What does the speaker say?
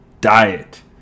diet